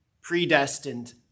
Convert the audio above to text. predestined